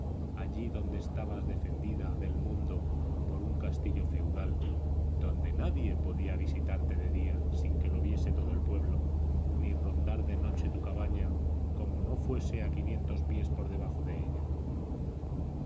allí donde estabas defendida del mundo por un castillo feudal donde nadie podía visitarte de día sin que lo viese todo el pueblo ni rondar de noche tu cabaña como no fuese a quinientos pies por debajo de ella